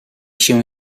się